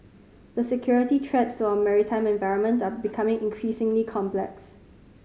the security threats to our maritime environment are becoming increasingly complex